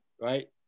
right